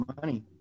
money